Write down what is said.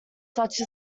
such